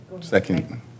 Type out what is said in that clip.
second